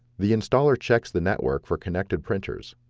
the installer checks the network for connected printers.